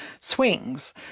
swings